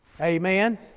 Amen